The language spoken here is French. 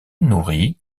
nourri